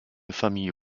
famille